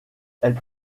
elle